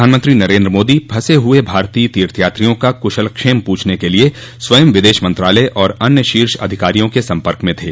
प्रधानमंत्री नरेन्द्र मोदी फंसे हुए भारतीय तीर्थयात्रियों का कुशल क्षेम पूछने के लिए स्वंय विदेश मंत्रालय और अन्य शीर्ष अधिकारियों के संपर्क में थे